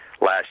last